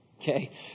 okay